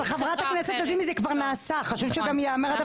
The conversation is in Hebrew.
אבל חברת הכנסת לזימי זה כבר נעשה חשוב לציין,